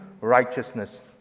righteousness